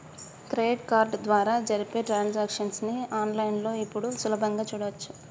credit card ద్వారా జరిపే transactions ని ఆన్ లైన్ లో ఇప్పుడు సులభంగా చూడచ్చు